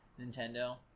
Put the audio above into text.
Nintendo